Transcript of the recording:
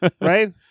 right